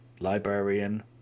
Librarian